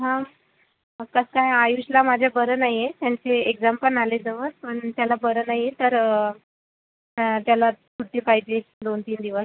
हा कसं आहे आयुषला माझ्या बरं नाही आहे त्यांची एक्झॅम पण आली जवळ आणि त्याला बरं नाही तर त्या त्याला सुट्टी पाहिजे दोन तीन दिवस